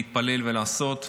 להתפלל ולעשות,